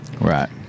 Right